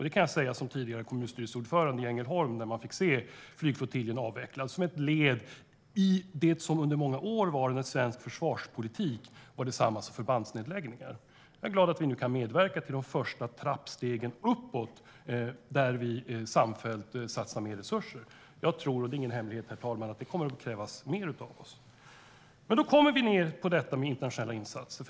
Det kan jag säga som tidigare kommunstyrelseordförande i Ängelholm, där man fick se flygflottiljen avvecklas som ett led i det som under många år var svensk försvarspolitik - att det var detsamma som förbandsnedläggningar. Jag är glad att vi nu kan medverka till att ta de första stegen uppåt, där vi samfällt satsar mer resurser. Jag tror - det är ingen hemlighet, herr talman - att det kommer att krävas mer av oss. Då kommer vi till detta med internationella insatser.